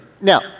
Now